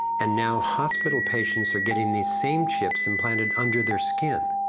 and now, hospital patients are getting these same chips implanted under their skin.